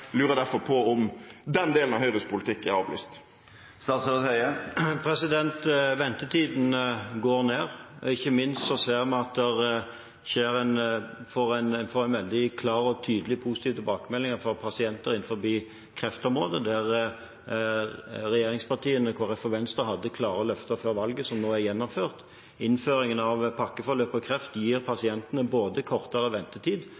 lurer derfor på om den delen av Høyres politikk er avlyst. Ventetidene går ned. Ikke minst ser vi at en får en veldig klar og tydelig positiv tilbakemelding fra pasienter innenfor kreftområdet, der regjeringspartiene, Kristelig Folkeparti og Venstre før valget hadde klare løfter, som nå er gjennomført. Innføringen av et pakkeforløp for kreft gir pasientene kortere ventetid